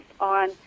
on